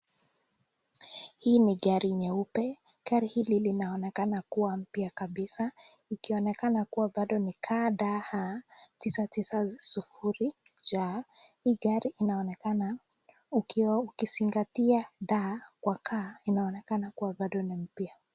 Hii ni gari nyeupe, gari hili linaonekana kuwa mpya kabisa, ikionekana kuwa bado ni kaa daa haa, tisa tisa sufuri jaa, gari inaonekana ukizingatia daa kwa haa inaonekana kama bado ni mpya.